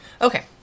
Okay